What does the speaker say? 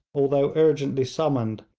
although urgently summoned,